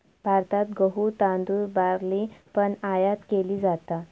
भारतात गहु, तांदुळ, बार्ली पण आयात केली जाता